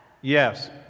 yes